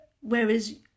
whereas